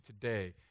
today